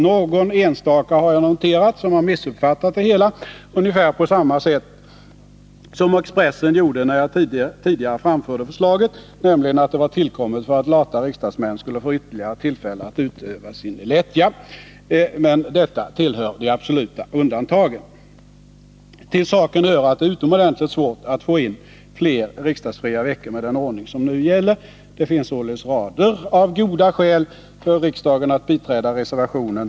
Jag har noterat att någon enstaka har missuppfattat det hela ungefär på samma sätt som Expressen gjorde när jag tidigare framförde förslaget, nämligen att detta var tillkommet för att lata riksdagsmän skulle få ytterligare tillfälle att utöva sin lättja. Men att sådant förekommer tillhör de absoluta undantagen. Till saken hör att det är utomordentligt svårt att få in fler riksdagsfria veckor med den ordning som nu gäller. Det finns således rader av goda skäl för riksdagen att biträda reservationen.